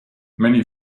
many